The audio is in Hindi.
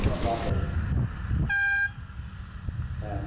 हाँ जाते तो हैं हाँ